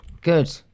Good